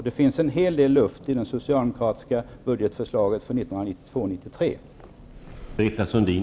Det finns en hel del luft i det socialdemokratiska förslaget till budget för 1992/93.